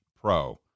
pro